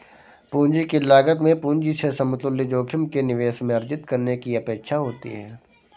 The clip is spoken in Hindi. पूंजी की लागत में पूंजी से समतुल्य जोखिम के निवेश में अर्जित करने की अपेक्षा होती है